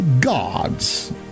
gods